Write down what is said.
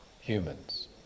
humans